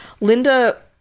Linda